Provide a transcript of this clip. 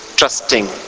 Trusting